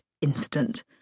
instant